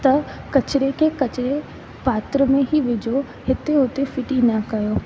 त किचिरे खे किचिरे पात्र में हीअ विझो हिते हुते फिटी न कयो